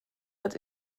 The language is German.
wird